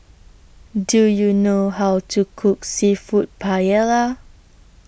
Do YOU know How to Cook Seafood Paella